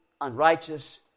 unrighteous